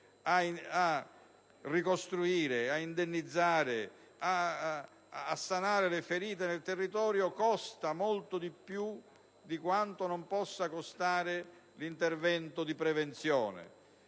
la ricostruzione e gli indennizzi per sanare le ferite del territorio costi molto più di quanto non possa costare l'intervento di prevenzione